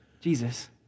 Jesus